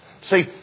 See